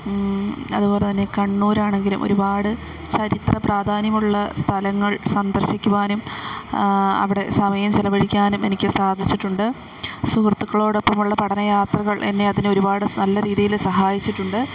അതുപോലെ തന്നെ കണ്ണൂരാണെങ്കിലും ഒരുപാട് ചരിത്ര പ്രാധാന്യമുള്ള സ്ഥലങ്ങൾ സന്ദർശിക്കുവാനും അവിടെ സമയം ചെലവഴിക്കാനും എനിക്കു സാധിച്ചിട്ടുണ്ട് സുഹൃത്തുക്കളോടൊപ്പമുള്ള പഠന യാത്രകൾ എന്നെ അതിന് ഒരുപാട് നല്ല രീതിയില് സഹായിച്ചിട്ടുണ്ട്